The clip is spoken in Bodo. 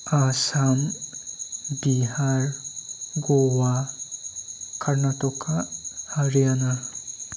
आसाम बिहार ग'वा कर्नाटका हारियाना